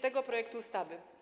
tego projektu ustawy.